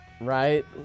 Right